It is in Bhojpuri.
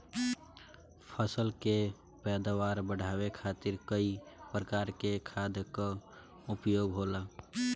फसल के पैदावार बढ़ावे खातिर कई प्रकार के खाद कअ उपयोग होला